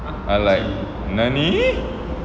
I like nani